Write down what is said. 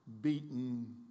beaten